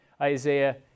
Isaiah